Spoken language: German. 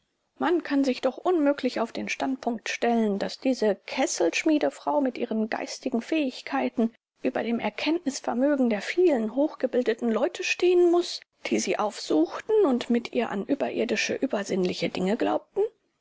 man kann sich doch unmöglich auf den standpunkt stellen daß diese kesselschmiedefrau mit ihren geistigen fähigkeiten über dem erkennungsvermögen der vielen hochgebildeten leute stehen muß die sie aufsuchten und mit ihr an überirdische übersinnliche dinge glaubten